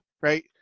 right